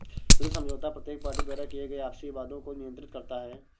ऋण समझौता प्रत्येक पार्टी द्वारा किए गए आपसी वादों को नियंत्रित करता है